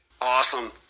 Awesome